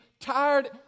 tired